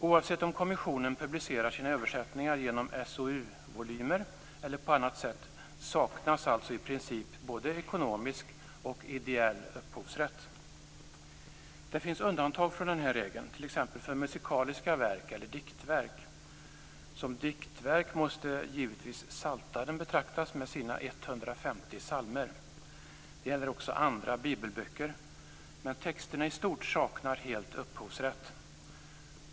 Oavsett om kommissionen publicerar sina översättningar genom SOU-volymer eller på annat sätt saknas alltså i princip både ekonomisk och ideell upphovsrätt. Det finns undantag från den regeln, t.ex. för musikaliska verk eller diktverk. Som diktverk måste givetvis Psaltaren betraktas med sina 150 psalmer. Det gäller också andra bibelböcker. Men texterna i stort saknar helt upphovsrätt.